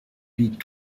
puis